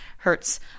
hurts